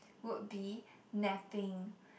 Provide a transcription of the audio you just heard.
would be napping